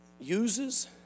uses